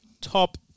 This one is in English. top